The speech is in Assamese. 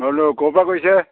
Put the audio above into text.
হেল্ল' ক'ৰপৰা কৈছে